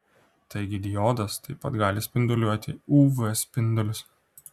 taigi diodas taip pat gali spinduliuoti uv spindulius